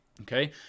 Okay